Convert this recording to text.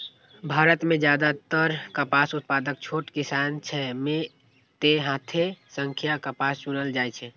भारत मे जादेतर कपास उत्पादक छोट किसान छै, तें हाथे सं कपास चुनल जाइ छै